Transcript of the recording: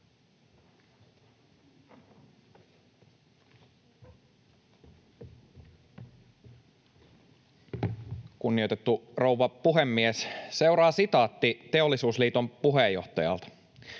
Kunnioitettu rouva puhemies! Seuraa sitaatti Teollisuusliiton puheenjohtajalta: